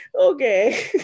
okay